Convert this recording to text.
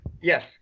Yes